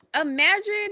imagine